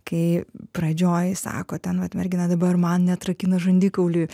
kai pradžioj sako ten vat mergina dabar man net rakina žandikaulį